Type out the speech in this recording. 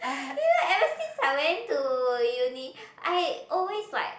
you know ever since I went to uni I always like